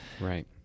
Right